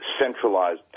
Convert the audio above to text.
centralized